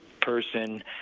person